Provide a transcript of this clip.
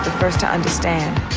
first to understand.